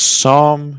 Psalm